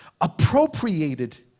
appropriated